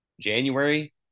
January